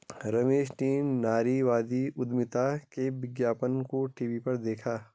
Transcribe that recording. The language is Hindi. रमेश ने नारीवादी उधमिता के विज्ञापन को टीवी पर देखा